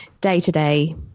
day-to-day